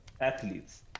athletes